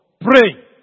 Pray